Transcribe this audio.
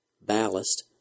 ballast